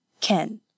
Ken